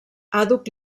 àdhuc